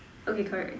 okay correct